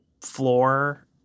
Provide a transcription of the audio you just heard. floor